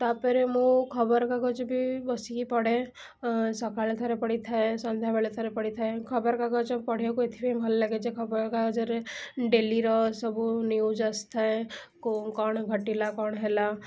ତା'ପରେ ମୁଁ ଖବରକାଗଜ ବି ବସିକି ପଢ଼େ ସକାଳେ ଥରେ ପଢ଼ିଥାଏ ସନ୍ଧ୍ୟାବେଳେ ଥରେ ପଢ଼ିଥାଏ ଖବର କାଗଜ ପଢ଼ିବାକୁ ଏଥିପାଇଁ ଭଲ ଲାଗେ ଯେ ଖବରକାଗଜରେ ଡେଲିର ସବୁ ନ୍ୟୁଜ୍ ଆସିଥାଏ କେଉଁ କ'ଣ ଘଟିଲା କ'ଣ ହେଲା